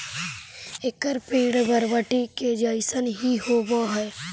एकर पेड़ बरबटी के जईसन हीं होब हई